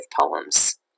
poems